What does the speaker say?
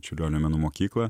čiurlionio menų mokyklą